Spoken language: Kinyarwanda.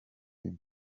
rimwe